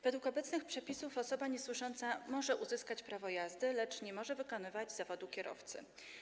Według obecnych przepisów osoba niesłysząca może uzyskać prawo jazdy, lecz nie może wykonywać zawodu kierowcy.